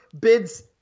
bids